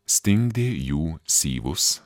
stingdė jų syvus